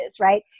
right